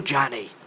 Johnny